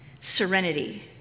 serenity